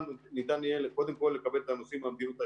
ניתן יהיה קודם כל לקבל את הנוסעים מהמדינות הירוקות,